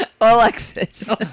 Alexis